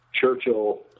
Churchill